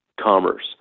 commerce